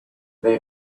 they